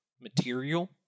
material